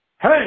Hey